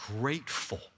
grateful